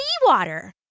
seawater